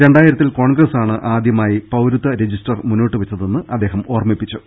രണ്ടായിരത്തിൽ കോൺഗ്രസാണ് ആദ്യമായി പൌരത്വ രജിസ്റ്റർ മുന്നോ ട്ടുവെച്ചതെന്ന് അദ്ദേഹം ഓർമിപ്പിച്ചു